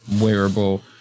wearable